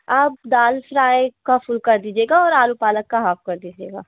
आप डाल फ्राइ का फुल्ल कर दीजिएगा और आलू पालक का हाफ कर दीजिएगा